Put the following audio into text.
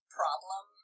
problem